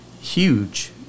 huge